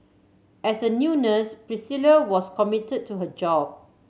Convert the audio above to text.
as a new nurse Priscilla was committed to her job